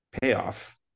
payoff